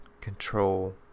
control